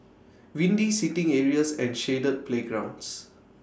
windy seating areas and shaded playgrounds